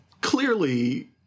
clearly